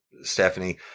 Stephanie